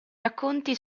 racconti